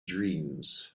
dreams